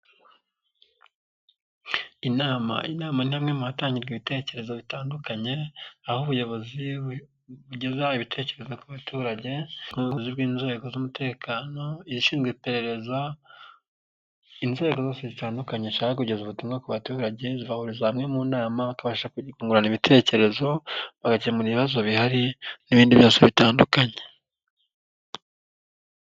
Inama, inama ni hamwe mu hatangirwa ibitekerezo bitandukanye aho ubuyobozi bugeza ibitekerezo ku baturage n'ubuyobozi bw'inzego z'umutekano izishinzwe iperereza inzego zose zitandukanye zishaka kugeza ubutumwa ku baturage zigahuriza hamwe mu nama bakabasha kungurana ibitekerezo bagakemura ibibazo bihari n'ibindi bibazo bitandukanye.